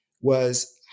was-